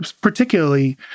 particularly